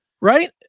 Right